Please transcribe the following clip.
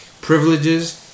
privileges